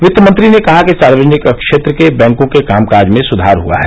वित्त मंत्री ने कहा कि सार्वजनिक क्षेत्र के बैंकों के कामकाज में सुधार हुआ है